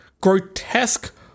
grotesque